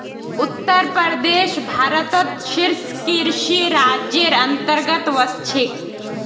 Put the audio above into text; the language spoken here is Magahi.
उत्तर प्रदेश भारतत शीर्ष कृषि राज्जेर अंतर्गतत वश छेक